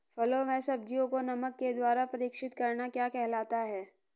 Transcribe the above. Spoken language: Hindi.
फलों व सब्जियों को नमक के द्वारा परीक्षित करना क्या कहलाता है?